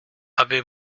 avez